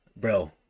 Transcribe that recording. bro